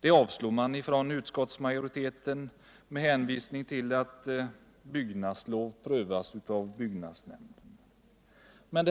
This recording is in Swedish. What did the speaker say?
Det kravet avstyrks av utskottsmajoriteten med hänvisning till att byggnadslov prövas av byggnadsnämnden.